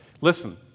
Listen